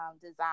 design